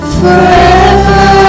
forever